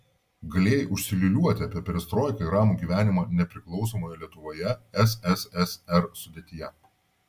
galėjai užsiliūliuoti apie perestroiką ir ramų gyvenimą nepriklausomoje lietuvoje sssr sudėtyje